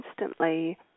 instantly